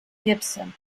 gibson